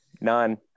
None